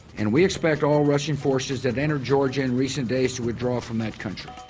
and we expect all russian forces that entered georgia in recent days to withdraw from that country.